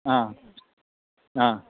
हा हा